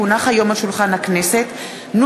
כי הונח היום על שולחן הכנסת נוסח